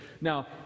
Now